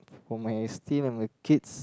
for my and the kids